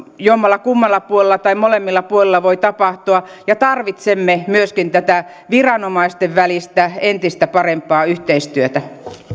jommallakummalla puolella tai molemmilla puolilla voi tapahtua ja tarvitsemme myöskin tätä viranomaisten välistä entistä parempaa yhteistyötä